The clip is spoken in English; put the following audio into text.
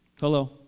Hello